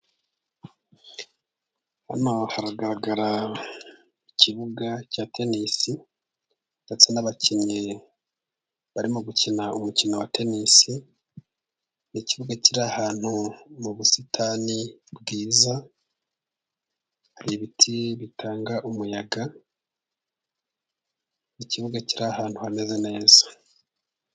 Hano hagaragara ikibuga cya tenisi ndetse n'abakinnyi barimo gukina umukino wa tenisi. Ni ikibuga kiri ahantu mu busitani bwiza hari ibiti bitanga umuyaga ikibuga kiri ahantu hameze neza.